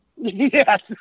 Yes